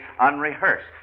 unrehearsed